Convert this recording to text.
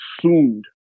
assumed